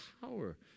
power